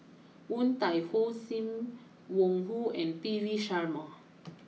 Woon Tai Ho Sim Wong Hoo and P V Sharma